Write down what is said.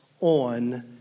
on